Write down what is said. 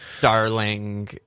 darling